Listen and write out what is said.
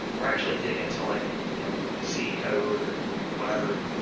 or actually dig into like you know c code or whatever.